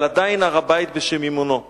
אבל עדיין הר-הבית בשיממונו.